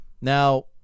Now